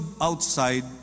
outside